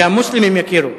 שהמוסלמים יכירו.